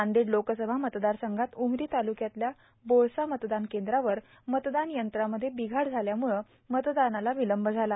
Nanded locus भा मतदार संघात उमरां तालुक्यातल्या बोळसा मतदान कद्रावर मतदान यंत्रामध्ये र्वाबघाड झाल्यामुळे मतदानाला ावलंब झाला